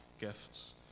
gifts